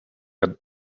got